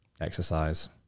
exercise